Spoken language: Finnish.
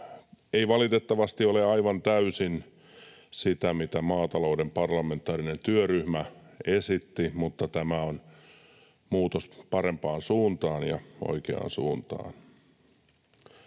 ei valitettavasti ole aivan täysin sitä, mitä maatalouden parlamentaarinen työryhmä esitti, mutta tämä on muutos parempaan suuntaan ja oikeaan suuntaan.